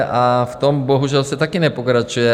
A v tom bohužel se taky nepokračuje.